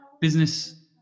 business